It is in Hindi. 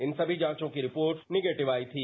इन सभी जांचों की रिपोर्ट नेगेटिव आई थी